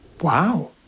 Wow